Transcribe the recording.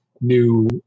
new